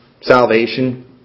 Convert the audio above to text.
salvation